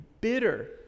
bitter